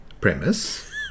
premise